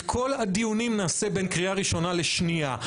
את כל הדיונים נעשה בין קריאה ראשונה לשנייה.